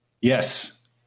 Yes